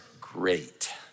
great